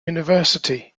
university